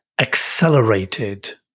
accelerated